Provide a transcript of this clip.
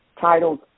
titled